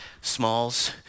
Smalls